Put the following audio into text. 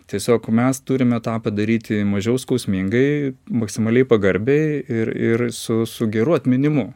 tiesiog mes turime tą padaryti mažiau skausmingai maksimaliai pagarbiai ir ir su su geru atminimu